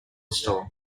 store